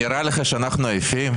נראה לך שאנחנו עייפים?